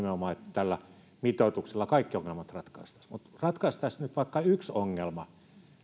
nimenomaan että tällä mitoituksella kaikki ongelmat ratkaistaisiin mutta ratkaistaisiin nyt vaikka yksi ongelma